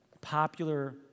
popular